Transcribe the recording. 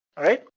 alright?